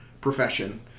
profession